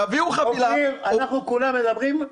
אנחנו כולם מדברים,